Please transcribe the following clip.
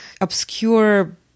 obscure